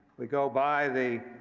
we go by the